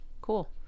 cool